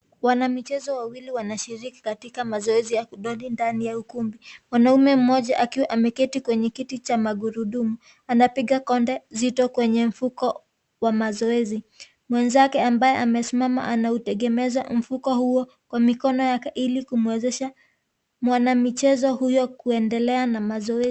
Wanamichezo wawili wanashiriki katika michezo ya kundondi ndani ya ukumbi. Mwanamume mmoja akiwa ameketi kwenye kiti cha magurudumu anapiga konde nziti kwenye mfuko wa mazoezi. Mwenzake ambaye amesimama anautegemeza mfuko huo kwa mikono yake ili kumwezesha mwanamichezo huyo kuendelea na mazoezi.